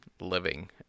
living